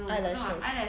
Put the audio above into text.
eyelashes